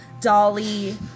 Dolly